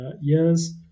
years